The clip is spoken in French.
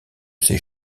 ses